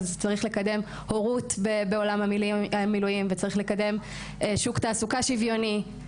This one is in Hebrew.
אז צריך לקדם הורות בעולם המילואים וצריך לקדם שוק תעסוקה שוויוני.